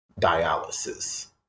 dialysis